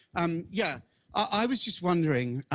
um yeah i was just wondering,